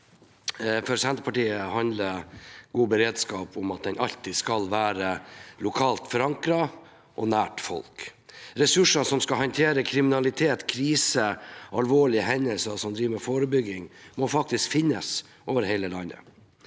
For Senterpar- tiet handler god beredskap om at den alltid skal være lokalt forankret og nær folk. Ressurser som skal håndtere kriminalitet, krise og alvorlige hendelser samt drive med forebygging, må faktisk finnes over hele landet.